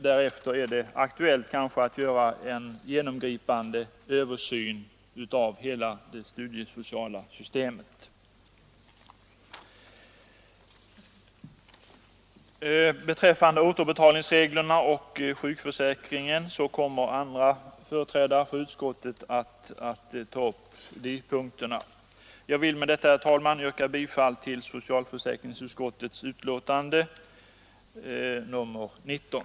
Därefter kan det bli aktuellt att göra en genomgripande översyn av hela det studiesociala systemet. Andra företrädare för utskottet kommer att behandla återbetalningsreglerna och sjukförsäkringen. Jag vill med detta, herr talman, yrka bifall till socialförsäkringsutskottets hemställan i betänkande nr 19.